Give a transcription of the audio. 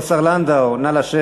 חבר הכנסת שטרן, נא לשבת.